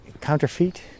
counterfeit